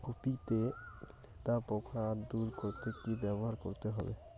Copy তে লেদা পোকা দূর করতে কি ব্যবহার করতে হবে?